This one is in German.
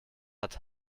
hat